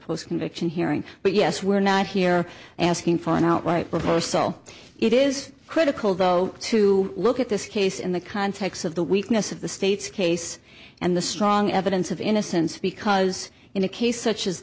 post conviction hearing but yes we're not here asking for an outright before so it is critical though to look at this case in the context of the weakness of the state's case and the strong evidence of innocence because in a case such as